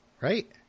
right